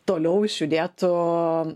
toliau išjudėtų